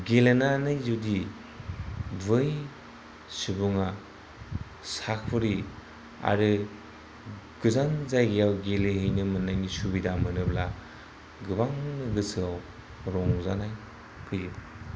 गेलेनानै जदि बै सुबुङा साख्रि आरो गोजान जायगायाव गेलेहैनायनि सुबिदा मोनोब्ला गोबां गोसोआव रंजानाय फैयो